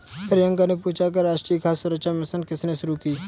प्रियंका ने पूछा कि राष्ट्रीय खाद्य सुरक्षा मिशन किसने शुरू की?